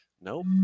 nope